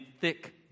thick